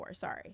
sorry